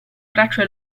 braccio